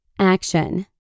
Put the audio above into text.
Action